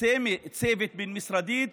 צוות בין-משרדי,